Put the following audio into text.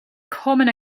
common